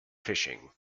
fishing